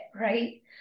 right